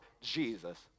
Jesus